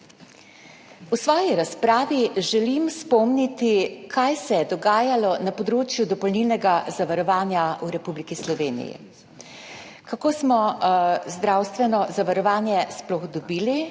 V svoji razpravi želim spomniti, kaj se je dogajalo na področju dopolnilnega zavarovanja v Republiki Sloveniji, kako smo zdravstveno zavarovanje sploh dobili,